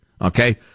Okay